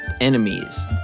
enemies